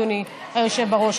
אדוני היושב בראש,